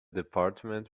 department